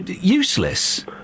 useless